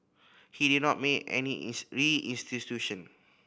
he did not make any restitution